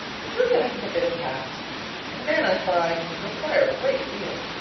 but julia hasn't a bit of tact and men, i find, require a great deal.